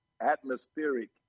atmospheric